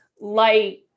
light